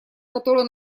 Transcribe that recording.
которую